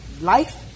Life